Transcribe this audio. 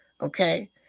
okay